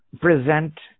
present